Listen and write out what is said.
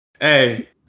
Hey